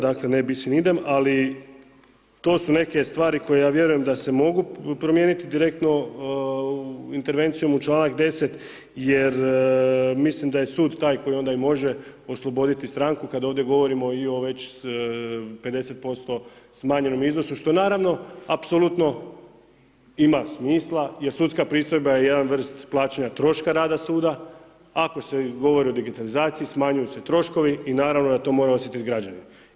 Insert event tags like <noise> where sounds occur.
Dakle ... <unintelligible> ali to su neke stvari koje ja vjerujem da se mogu promijeniti direktno intervencijom u članak 10. jer mislim da je sud taj koji onda i može osloboditi stranku kada ovdje govorimo i o već 50% smanjenom iznosu što naravno apsolutno ima smisla jer sudska pristojba je jedan vrst plaćanja troška rada suda, ako se govori o digitalizaciji smanjuju se troškovi i naravno da to mora osjetiti građanin.